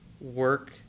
work